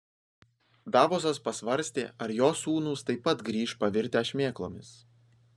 davosas pasvarstė ar jo sūnūs taip pat grįš pavirtę šmėklomis